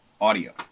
audio